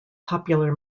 popular